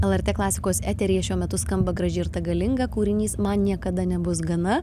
lrt klasikos eteryje šiuo metu skamba graži ir ta galinga kūrinys man niekada nebus gana